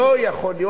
לא יכול להיות.